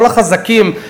כל החזקים,